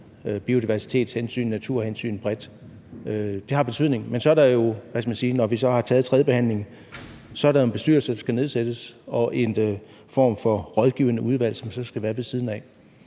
biodiversitetshensyn, naturhensyn bredt. Det har betydning. Når vi så har taget tredjebehandlingen, er der jo en bestyrelse, der skal nedsættes, og en form for rådgivende udvalg, som så skal være ved siden af,